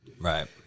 right